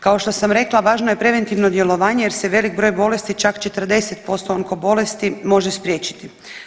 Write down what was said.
Kao što sam rekla važno je preventivno djelovanje jer se velik broj bolesti čak 40% onko bolesti može spriječiti.